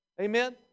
Amen